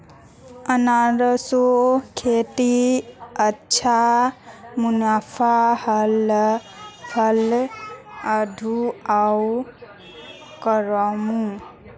अनन्नासेर खेतीत अच्छा मुनाफा ह ल पर आघुओ करमु